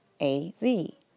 A-Z